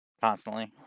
constantly